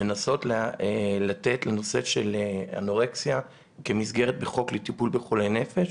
לנסות לתת לנושא של אנורקסיה מסגרת בחוק טיפול בחולי נפש.